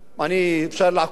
אפשר לעקוב,